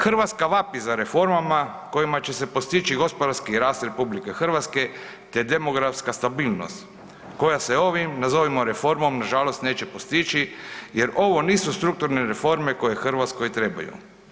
Hrvatska vapi za reformama kojima će se postići gospodarski rast RH te demografska stabilnost koja se ovim, nazovimo reformom nažalost neće postići jer ovo nisu strukturne reforme koje Hrvatskoj trebaju.